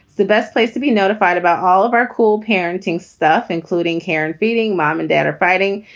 the best place to be notified about all of our cool parenting stuff, including care and feeding. mom and dad are fighting.